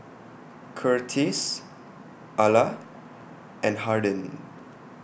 Curtiss Arla and Harden